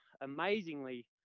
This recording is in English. amazingly